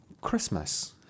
Christmas